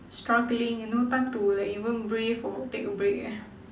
struggling and no time to like even breathe or take a break eh